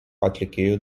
atlikėjų